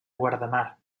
guardamar